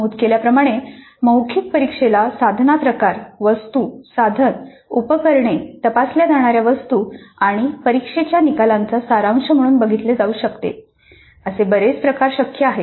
नमूद केल्याप्रमाणे मौखिक परीक्षेला साधनाचा प्रकार वस्तू साधन उपकरणे तपासल्या जाणाऱ्या वस्तू आणि परीक्षेच्या निकालांचा सारांश म्हणून बघितले जाऊ शकते असे बरेच प्रकार शक्य आहेत